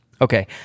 Okay